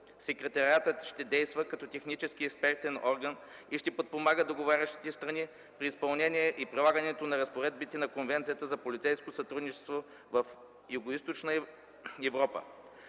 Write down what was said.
Секретариатът ще действа като технически експертен орган и ще подпомага договарящите страни при изпълнението и прилагането на разпоредбите на Конвенцията за полицейско сътрудничество в Югоизточна Европа.